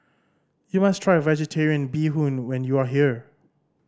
you must try Vegetarian Bee Hoon when you are here